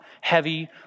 heavy